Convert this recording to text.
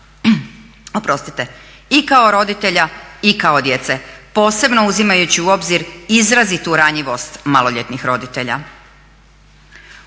i kao roditelja i kao djece, posebno uzimajući u obzir izrazitu ranjivost maloljetnih roditelja.